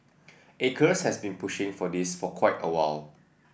acres has been pushing for this for quite a while